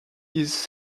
his